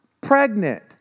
pregnant